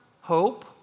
Hope